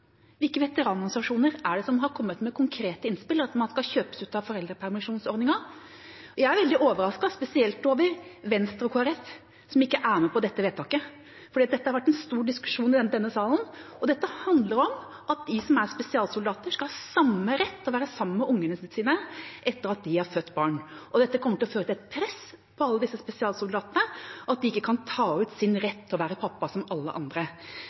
Hvilke veteranorganisasjoner har kommet med konkrete innspill om at man skal kunne kjøpes ut av foreldrepermisjonsordningen? Jeg er veldig overrasket, spesielt over Venstre og Kristelig Folkeparti, som ikke er med på dette vedtaket, for dette har vært en stor diskusjon i denne salen. Dette handler om at de som er spesialsoldater, skal ha samme rett til å være sammen med barna sine etter at de har fått barn. Dette kommer til å føre til et press på alle disse spesialsoldatene om at de ikke skal ta ut sin rett til å være pappa, som alle andre.